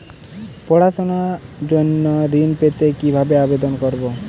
পড়াশুনা জন্য ঋণ পেতে কিভাবে আবেদন করব?